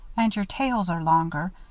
and your tails are longer.